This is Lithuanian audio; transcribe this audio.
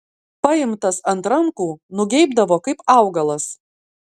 paimtas ant rankų nugeibdavo kaip augalas